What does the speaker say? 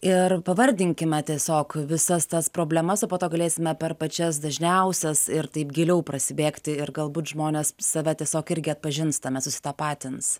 ir pavardinkime tiesiog visas tas problemas o po to galėsime per pačias dažniausias ir taip giliau prasibėgti ir galbūt žmonės save tiesiog irgi atpažins tame susitapatins